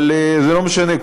אבל זה לא משנה.